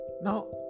Now